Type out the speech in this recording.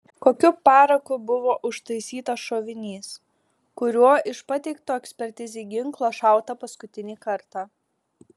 kokiu paraku buvo užtaisytas šovinys kuriuo iš pateikto ekspertizei ginklo šauta paskutinį kartą